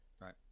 right